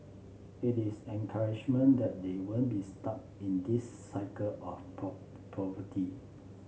it is encouragement that they won't be stuck in this cycle of poverty